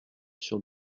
sur